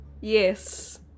Yes